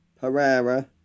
Pereira